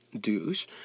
douche